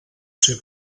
ser